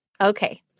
Okay